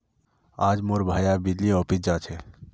आइज मोर भाया बिजली ऑफिस जा छ